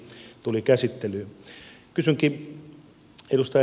kysynkin edustaja heinoselta